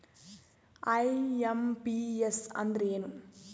IMPS ಅಂದ್ರ ಏನು?